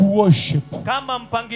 worship